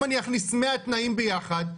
אם אני אכניס 100 תנאים ביחד,